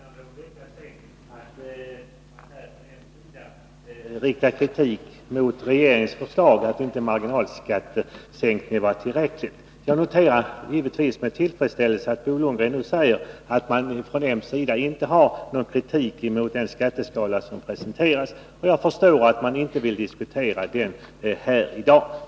Fru talman! I ett anförande från moderat håll för någon vecka sedan riktades kritik mot regeringens förslag därför att marginalskattesänkningen inte ansågs vara tillräcklig. Jag noterar givetvis med tillfredsställelse att Bo Lundgren nu säger att man från moderaternas sida inte har någon kritik att framföra mot den skatteskala som presenteras. Jag förstår att man inte vill diskutera den saken här i dag.